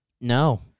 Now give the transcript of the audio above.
No